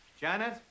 Janet